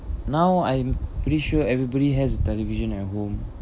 now I'm pretty sure everybody has television at home